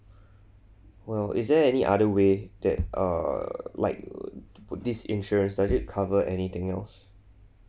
well is there any other way that uh like put this insurance does it cover anything else